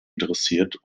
interessiert